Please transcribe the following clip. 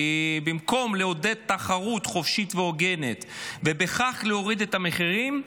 כי במקום לעודד תחרות חופשית והוגנת ובכך להוריד את המחירים,